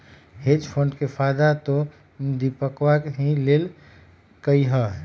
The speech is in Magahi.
हेज फंड के फायदा तो दीपकवा ही लेल कई है